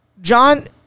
John